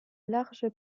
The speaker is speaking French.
larges